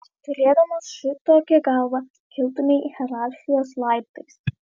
turėdamas šitokią galvą kiltumei hierarchijos laiptais